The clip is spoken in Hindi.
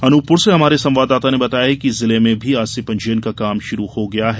अनूपपुर से हमारे संवाददाता ने बताया है कि जिले में भी आज से पंजीयन का काम शुरू हो गया है